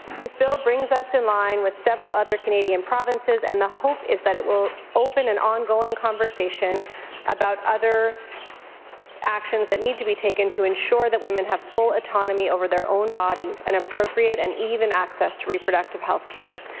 this bill brings us in line with several other canadian provinces and the hope is that it will open an ongoing conversation about other actions that need to be taken to ensure that women have full autonomy over their own bodies and appropriate and even access to reproductive health care.